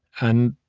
and